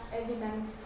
evidence